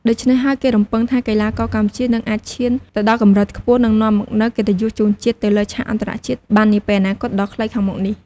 ដូច្នេះហើយ គេរំពឹងថាកីឡាករកម្ពុជានឹងអាចឈានទៅដល់កម្រិតខ្ពស់ និងនាំមកនូវកិត្តិយសជូនជាតិនៅលើឆាកអន្តរជាតិបាននាពេលអនាគតដ៏ខ្លីខាងមុខនេះ។